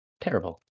Terrible